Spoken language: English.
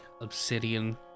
obsidian